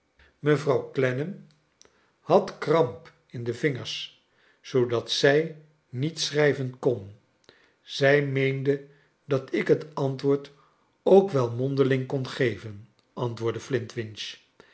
mevrouw clennam had kramp in de vingers zoodat zij niet schrijven kon zij meende dat ik het antwoord ook wel mondeling kon geven antwoordde